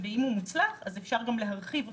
ואם הוא מוצלח, אפשר גם להרחיב אותו.